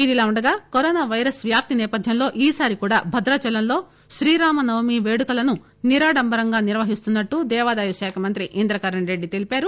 ఇలా ఉండగా corona virus వ్యాప్తి నేపధ్యంలో ఈసారి కూడా భద్రాచలంలో శ్రీరామ నవమి పేడుకలను నిడారంభంగా నిర్వహిస్తున్నట్లు దేవాదాయశాఖ మంత్రి ఇంద్రకరణ్ రెడ్డి తెలిపారు